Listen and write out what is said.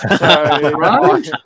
Right